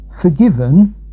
forgiven